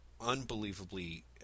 unbelievably